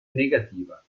negativa